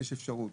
יש אפשרות